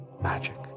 Magic